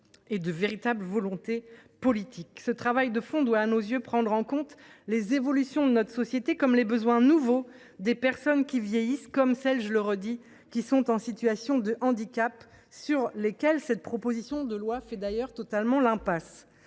et de véritable volonté politique. Le travail de fond doit, à nos yeux, prendre en compte les évolutions de notre société, comme les nouveaux besoins des personnes qui vieillissent et de celles qui sont en situation de handicap, sur lesquelles cette proposition de loi fait d’ailleurs totalement l’impasse.